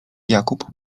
jakub